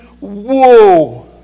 whoa